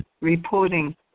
reporting